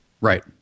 right